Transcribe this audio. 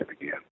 again